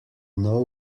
know